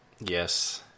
yes